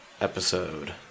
episode